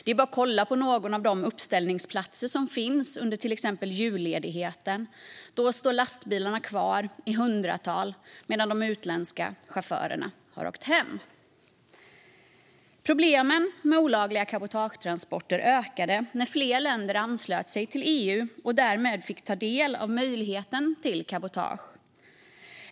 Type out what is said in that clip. Det är bara att kolla på någon av de uppställningsplatser som finns under till exempel julledigheten. Då står bilarna kvar i hundratal, medan de utländska chaufförerna har åkt hem. Problemen med olagliga cabotagetransporter ökade när fler länder anslöt sig till EU och därmed fick ta del av möjligheten till cabotage.